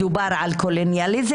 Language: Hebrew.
מדובר על קולוניאליזם,